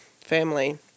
family